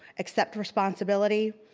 accept responsibility,